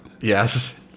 yes